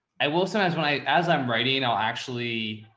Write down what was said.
i will sometimes when i, as i'm writing, i'll actually.